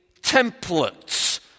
templates